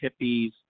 Hippies